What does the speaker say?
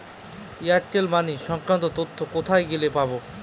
Airtel money সংক্রান্ত তথ্য কোথায় গেলে পাব?